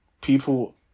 people